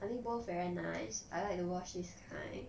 I think both very nice I like to watch this kind